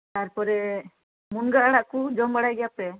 ᱛᱟᱨᱯᱚᱨᱮ ᱢᱩᱱᱜᱟᱹ ᱟᱲᱟᱜ ᱠᱚ ᱡᱚᱢ ᱵᱟᱲᱟᱭ ᱜᱮᱭᱟ ᱯᱮ